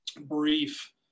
brief